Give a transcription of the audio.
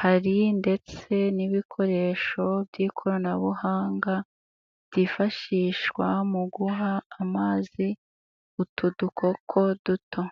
hari ndetse n'ibikoresho by'ikoranabuhanga byifashishwa mu guha amazi utu dukoko duto.